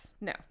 no